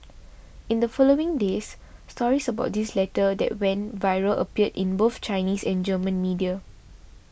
in the following days stories about his letter that went viral appeared in both Chinese and German media